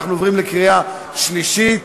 ואנחנו עוברים לקריאה שלישית.